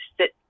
sit